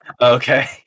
Okay